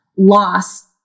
Loss